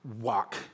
walk